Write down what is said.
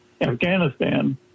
Afghanistan